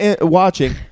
watching